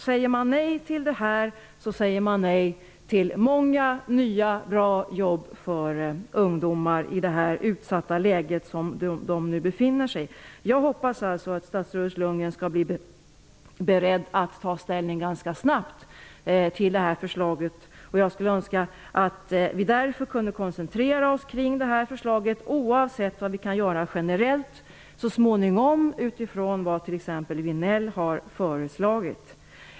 Säger man nej till förslaget, säger man nej till många nya bra jobb för ungdomar i det utsatta läge som de nu befinner sig i. Jag hoppas alltså att statsrådet Lundgren är beredd att ganska snabbt ta ställning till det här förslaget. Jag skulle önska att vi därför kunde koncentrera oss på det, oavsett vad vi så småningom kan göra generellt utifrån vad t.ex. Lars Vinell har föreslagit.